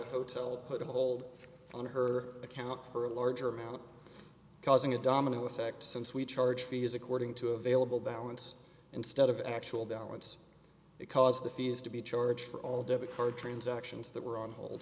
a hotel put a hold on her account for a larger amount causing a domino effect since we charge fees according to available balance instead of actual balance because the fees to be charged for all debit card transactions that were on hold